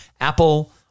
Apple